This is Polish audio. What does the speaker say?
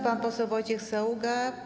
Pan poseł Wojciech Saługa.